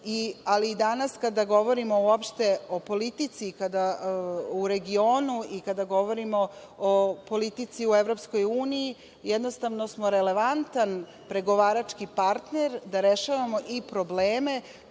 Ali danas kada govorimo uopšte o politici u regionu i kada govorimo o politici u Evropskoj uniji, jednostavno smo relevantan pregovarački partner da rešavamo i probleme